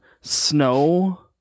snow